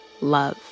Love